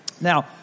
Now